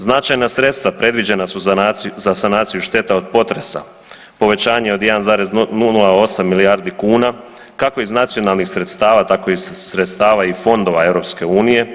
Značajna sredstva predviđena su za sanaciju šteta od potresa, povećanje od 1,08 milijardi kuna kako iz nacionalnih sredstava tako i iz sredstava i fondova EU.